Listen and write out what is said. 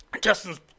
Justin's